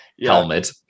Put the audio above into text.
Helmet